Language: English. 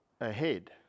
ahead